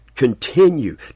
Continue